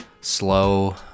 slow